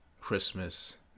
Christmas